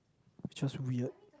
which was weird